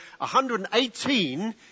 118